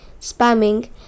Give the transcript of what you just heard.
spamming